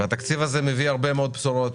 התקציב הזה מביא הרבה מאוד בשורות,